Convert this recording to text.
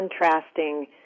contrasting